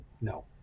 No